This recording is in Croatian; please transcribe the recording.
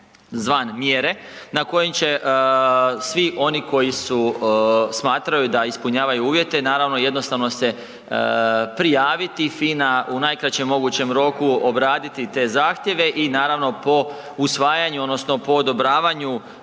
zvan mjere, na koji će svi oni koji su smatrali da ispunjavali uvjete, naravno jednostavno se prijaviti, FINA u najkraćem mogućem roku obraditi te zahtjeve i naravno po usvajanju odnosno po odobravanju